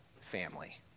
family